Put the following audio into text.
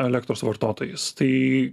elektros vartotojais tai